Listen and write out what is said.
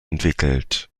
entwickelt